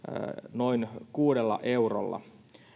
noin kuudella eurolla